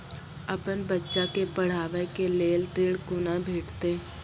अपन बच्चा के पढाबै के लेल ऋण कुना भेंटते?